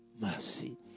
mercy